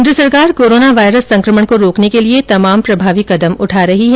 केन्द्र सरकार corona virus संकमण को रोकने के लिए तमाम प्रभावी कदम उठा रही है